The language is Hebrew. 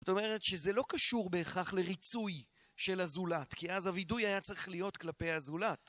זאת אומרת, שזה לא קשור בהכרח לריצוי של הזולת, כי אז הוידוי היה צריך להיות כלפי הזולת.